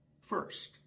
First